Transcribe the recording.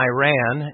Iran